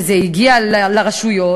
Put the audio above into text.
וזה הגיע לרשויות,